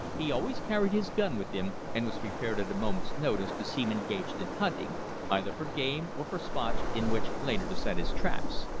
he always carried his gun with him, and was prepared at a moment's notice to seem engaged in hunting either for game or for spots in which later to set his traps.